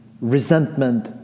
resentment